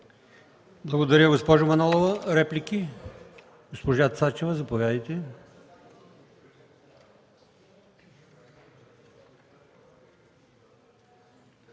Благодаря, госпожо Манолова. Реплики? Госпожа Цачева, заповядайте.